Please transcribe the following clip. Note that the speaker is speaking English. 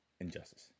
Injustice